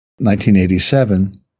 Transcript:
1987